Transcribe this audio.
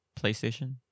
PlayStation